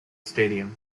stadium